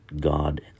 God